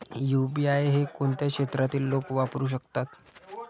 UPI हे कोणत्या क्षेत्रातील लोक वापरू शकतात?